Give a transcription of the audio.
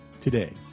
today